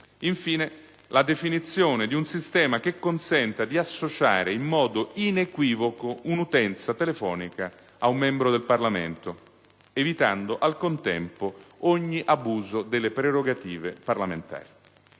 Infine, la definizione di un sistema che consenta di associare in modo inequivoco un'utenza telefonica ad un membro del Parlamento, evitando al contempo ogni abuso delle prerogative parlamentari.